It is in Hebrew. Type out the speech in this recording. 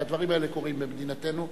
והדברים האלה קורים במדינתנו,